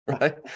Right